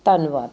ਧੰਨਵਾਦ